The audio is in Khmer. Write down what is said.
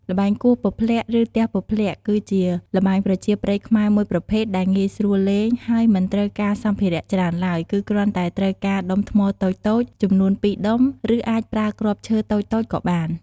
ល្បែងគោះពព្លាក់ ឬទះពព្លាក់ គឺជាល្បែងប្រជាប្រិយខ្មែរមួយប្រភេទដែលងាយស្រួលលេង ហើយមិនត្រូវការសម្ភារៈច្រើនឡើយ គឺគ្រាន់តែដុំថ្មតូចៗចំនួន២ដុំ ឬអាចប្រើគ្រាប់ឈើតូចៗក៏បាន។